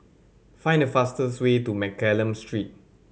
find the fastest way to Mccallum Street